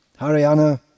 Haryana